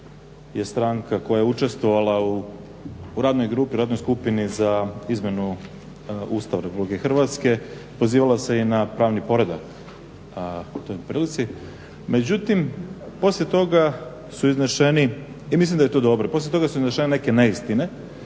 je stranka koja je učestvovala u radnoj grupi, radnoj skupini za izmjenu Ustava RH, pozivala se i na pravni poredak u toj prilici. Međutim, poslije toga su izneseni, i mislim da je to dobro, poslije toga su iznešene neke neistine